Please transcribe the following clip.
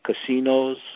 casinos